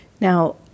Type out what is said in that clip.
Now